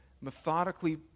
methodically